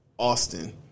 Austin